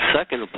second